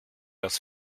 das